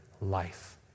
life